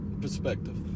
perspective